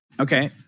Okay